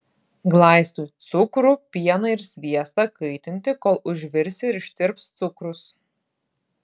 glaistui cukrų pieną ir sviestą kaitinti kol užvirs ir ištirps cukrus